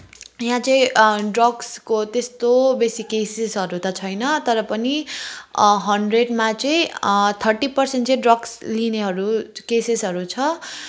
यहाँ चाहिँ ड्रग्सको त्यस्तो बेसी केसेसहरू त छैन तर पनि हन्ड्रेडमा चाहिँ थर्टी पर्सेन्ट ड्रग्स लिनेहरू केसेसहरू छ